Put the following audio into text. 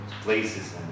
places